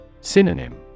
Synonym